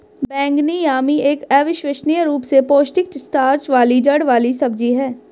बैंगनी यामी एक अविश्वसनीय रूप से पौष्टिक स्टार्च वाली जड़ वाली सब्जी है